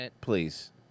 please